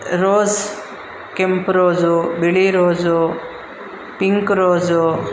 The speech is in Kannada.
ರೋಸ್ ಕೆಂಪು ರೋಸು ಬಿಳಿ ರೋಸು ಪಿಂಕ್ ರೋಸು